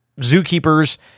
zookeepers